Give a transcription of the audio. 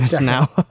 now